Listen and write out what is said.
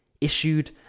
issued